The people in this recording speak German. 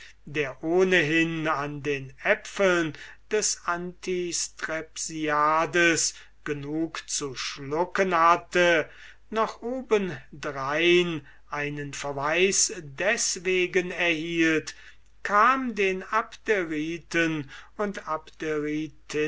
der ohnehin an den pferdäpfeln des antistrepsiades genug zu schlucken hatte noch obendrein einen verweis deswegen erhielt kam den abderiten und